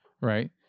right